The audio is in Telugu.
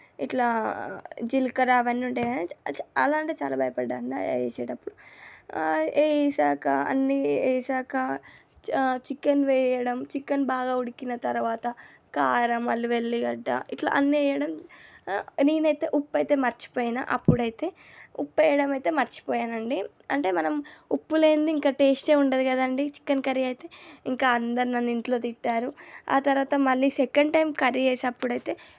ఇట్లా జీలకర్ర అవన్నీ ఉంటాయి కదా చాలా అంటే చాలా భయపడ్డాను వేసేటప్పుడు వేసాక అన్ని వేసాక చికెన్ వేయడం చికెన్ బాగా ఉడికిన తరువాత కారం వెల్లుల్లి గడ్డ ఇట్లా అన్నివేయడం నేను అయితే ఉప్పు అయితే మరచిపోయిన అప్పుడు అయితే ఉప్పు వేయడమైతే మరచిపోయానండి అంటే మనం ఉప్పు లేనిది ఇంకా టేస్టే ఉండదు కదండీ చికెన్ కర్రీ అయితే ఇంకా అందరు నన్ను ఇంట్లో తిట్టారు ఆ తరువాత మళ్ళీ సెకండ్ టైం కర్రీ వేసేటప్పుడు అయితే